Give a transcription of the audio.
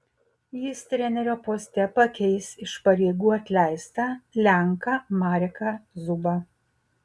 jis trenerio poste pakeis iš pareigų atleistą lenką mareką zubą